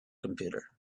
computer